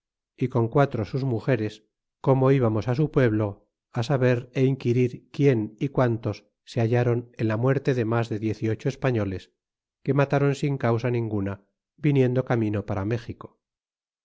é con quatro sus mugeres como íbamos á su pueblo á saber é inquirir quién y quántos se hallaron en la muerte de mas de diez y ocho espaiioles que matáron sin causa ninguna viniendo camino para méxico